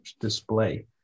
display